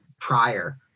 prior